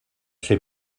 ser